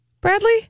Bradley